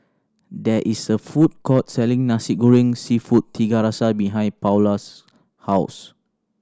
there is a food court selling Nasi Goreng Seafood Tiga Rasa behind Paola's house